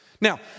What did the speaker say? Now